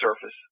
surface